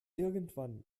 irgendwann